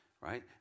right